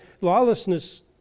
lawlessness